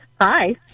hi